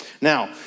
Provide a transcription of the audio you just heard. Now